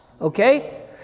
okay